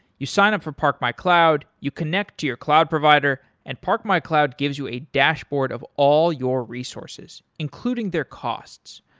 you sign up for parkmycloud, you connect to your cloud provider and parkmycloud gives you a dashboard of all your resources including their costs.